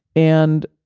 and